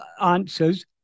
answers